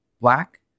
black